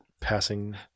passing